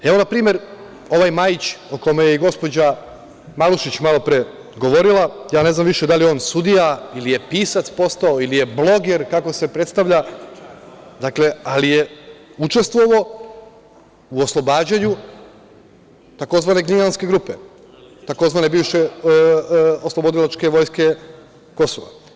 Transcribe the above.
Evo, npr, ovaj Majić, o kome je i gospođa Malušić malopre govorila, ja ne znam više da li je on sudija ili je posao pisac ili je bloger, kako se predstavlja, ali je učestvovao u oslobađanju tzv. Gnjilanske grupe, tzv. bivše oslobodilačke vojske Kosova.